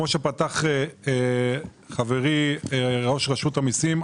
כמו שפתח חברי ראש רשות המיסים,